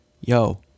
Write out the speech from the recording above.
yo